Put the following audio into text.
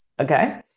okay